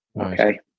Okay